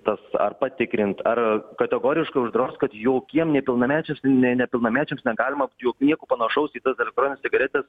tas ar patikrint ar kategoriškai uždraust kad jokiem nepilnamečiams ne nepilnamečiams negalima jog nieko panašaus į tas elektronines cigaretes